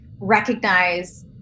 recognize